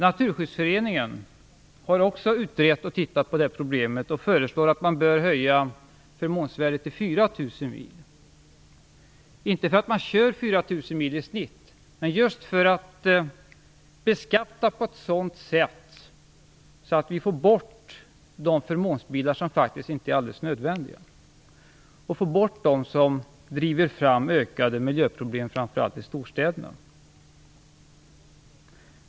Naturskyddsföreningen har också utrett det här problemet och föreslår att körsträckan för förmånsvärdet bör öka till 4 000 mil, inte därför att man kör 4 000 mil i snitt, men för att beskatta just på ett sådant sätt att vi får bort de förmånsbilar som inte är alldeles nödvändiga och får bort dem som driver fram ökade miljöproblem, framför allt i storstäderna.